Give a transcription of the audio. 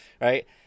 right